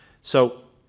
so